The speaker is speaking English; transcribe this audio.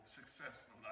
successful